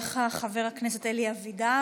תודה רבה לך, חבר הכנסת אלי אבידר.